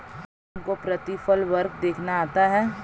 क्या तुमको प्रतिफल वक्र देखना आता है?